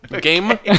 Game